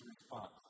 response